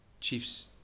Chiefs